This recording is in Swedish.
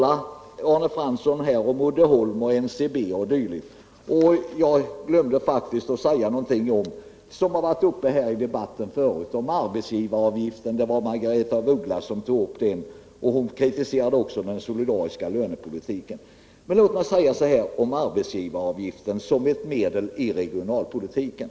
Arne Fransson talar om Uddeholm och NCB. Själv glömde jag att ta upp frågan om arbetsgivaravgiften, som Margaretha af Ugglas berörde i samband med att hon kritiserade den solidariska lönepolitiken. Låt mig säga följande om arbetsgivaravgiften som ett medel i regionalpolitiken.